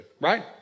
right